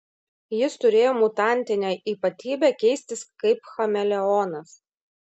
jis turėjo mutantinę ypatybę keistis kaip chameleonas